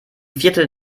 viertel